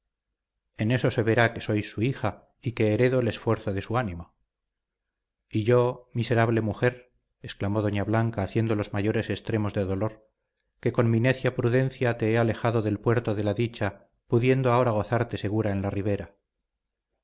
en eso verá que soy su hija y que heredo el esfuerzo de su ánimo y yo miserable mujer exclamó doña blanca haciendo los mayores extremos de dolor que con mi necia prudencia te he alejado del puerto de la dicha pudiendo ahora gozarte segura en la ribera